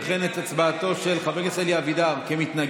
וכן את הצבעתו של חבר כנסת אלי אבידר כמתנגד